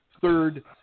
third